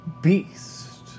Beast